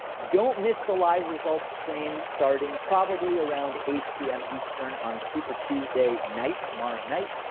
don't miss the live results stream. starting probably around eight pm eastern on super tuesday night, tomorrow night.